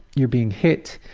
you being hit,